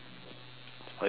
okay I see